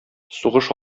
сугыш